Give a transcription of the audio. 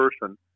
person